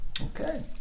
Okay